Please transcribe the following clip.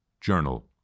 journal